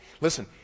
Listen